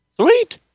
Sweet